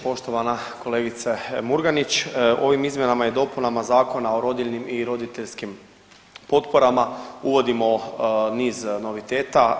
Poštovana kolegice Murganić ovim izmjenama i dopunama Zakona o rodiljnim i roditeljskim potporama uvodimo niz noviteta.